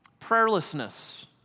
Prayerlessness